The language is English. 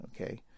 Okay